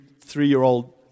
three-year-old